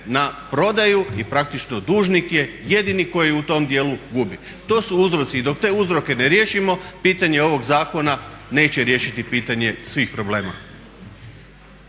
na prodaju i praktično dužnik je jedini koji u tom dijelu gubi. To su uzroci i dok te uzroke ne riješimo pitanje ovog zakona neće riješiti pitanje svih problema.